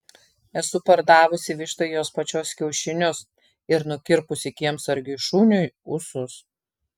esu pardavusi vištai jos pačios kiaušinius ir nukirpusi kiemsargiui šuniui ūsus